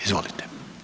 Izvolite.